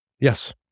Yes